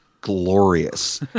glorious